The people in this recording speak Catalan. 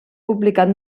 publicat